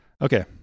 Okay